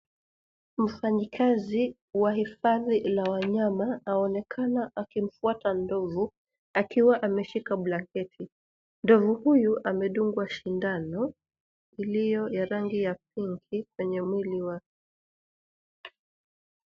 Mfanyikazi wa hifadhi la wanyama aonekana akimfuata ndovu akiwa ameshika blanketi. Ndovu huyu amedungwa shindano iliyo ya rangi ya kundi kwenye mwili wake.